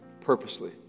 purposely